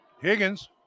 Higgins